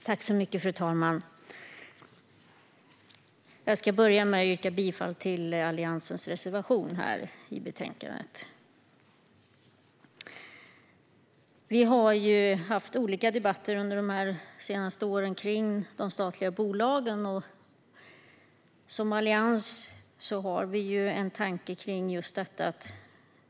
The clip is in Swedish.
Fru talman! Jag ska börja med att yrka bifall till Alliansens reservation i betänkandet. Vi har haft olika debatter under de senaste åren om de statliga bolagen. Som allians har vi en tanke kring just detta.